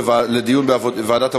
לוועדת העבודה,